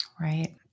Right